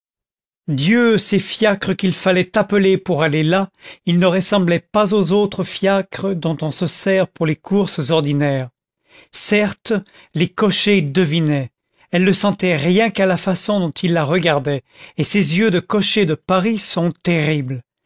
dieu ces fiacres qu'il fallait appeler pour aller là ils ne ressemblaient pas aux autres fiacres dont on se sert pour les courses ordinaires certes les cochers devinaient elle le sentait rien qu'à la façon dont ils la regardaient et ces yeux de cochers de paris sont terribles